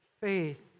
faith